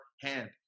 hand